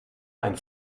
ein